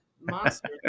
monster